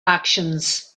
actions